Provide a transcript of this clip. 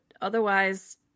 otherwise